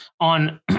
On